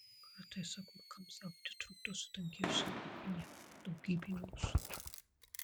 kartais agurkams augti trukdo sutankėjusi lapija daugybė ūsų